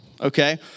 okay